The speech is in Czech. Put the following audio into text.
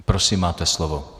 Prosím, máte slovo.